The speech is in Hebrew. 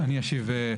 אני אשיב.